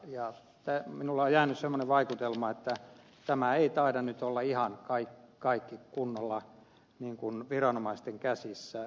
minulle on jäänyt semmoinen vaikutelma että tämä ei taida nyt olla ihan kaikki kunnolla viranomaisten käsissä